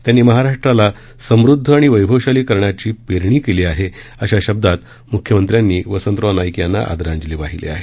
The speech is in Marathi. त्यांनी महाराष्ट्राला समृदध आणि वैभवशाली करण्याची पेरणी केली आहेअशा शब्दांत मुख्यमंत्र्यांनी वसंतराव नाईक यांना आदरांजली वाहिली आहे